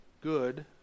good